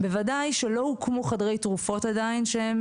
בוודאי שלא הוקמו חדרי תרופות עדין שהם